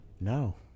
no